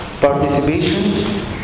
participation